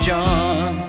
John